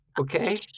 Okay